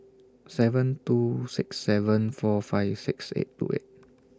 seven two six seven four five six eight two eight